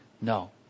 No